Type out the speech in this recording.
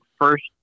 First